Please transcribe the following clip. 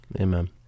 Amen